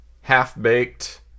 Half-Baked